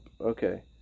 Okay